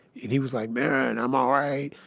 and he was like, man, i'm all right.